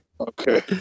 Okay